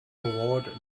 award